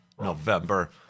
November